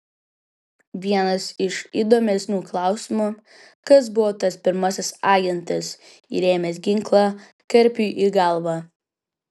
vienas iš įdomesnių klausimų kas buvo tas pirmasis agentas įrėmęs ginklą karpiui į galvą